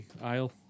aisle